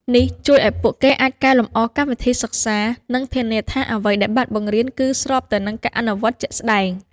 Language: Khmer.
នេះជួយឱ្យពួកគេអាចកែលម្អកម្មវិធីសិក្សា និងធានាថាអ្វីដែលបានបង្រៀនគឺស្របទៅនឹងការអនុវត្តជាក់ស្តែង។